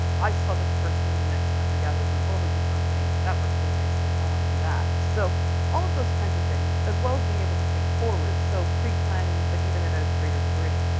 i saw this person in the next hunter-gatherer group over do something. that worked really nicely, i want to do that. so all those kinds of things, as well as being able to think forwards so, pre-planning, but even at a greater degree.